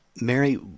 Mary